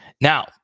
Now